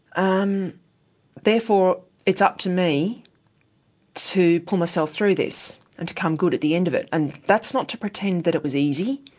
um therefore it's up to me to pull myself through this and to come good at the end of it. and that's not to pretend that it was easy.